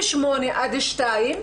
משמונה עד שתיים,